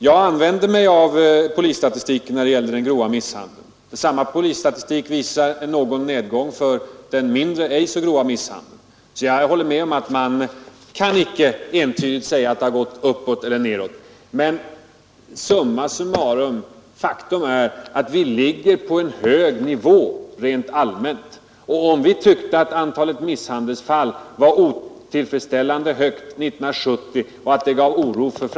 Jag använder mig av polisstatistiken när det gäller den grova misshandeln. Samma polisstatistik visar någon nedgång för den mindre, Nr 136 Måndagen den säga att brottsligheten har gått uppåt eller nedåt, men summa summa 11 december 1972 rum: faktum är att vi ligger på en hög nivå rent allmänt, och om vi tyckte att antalet misshandelsfall var otillfredsställande högt 1970 och att det dvs. ej så grova misshandeln.